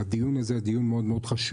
הדיון הזה הוא דיון מאוד חשוב,